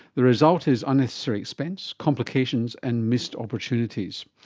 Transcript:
the result is unnecessary expense, complications and missed opportunities.